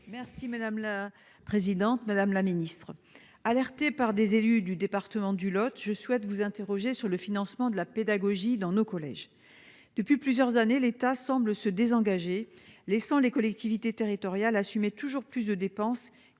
Merci madame la présidente, madame la ministre. Alertés par des élus du département du Lot, je souhaite vous interroger sur le financement de la pédagogie dans nos collèges. Depuis plusieurs années, l'État semble se désengager, laissant les collectivités territoriales assumer toujours plus de dépenses